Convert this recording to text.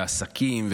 עסקים,